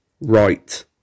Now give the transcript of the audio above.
right